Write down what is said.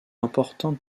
importante